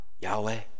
Yahweh